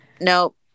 Nope